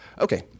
Okay